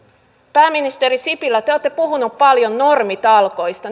pääministeri sipilä te olette puhunut paljon normitalkoista